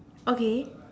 okay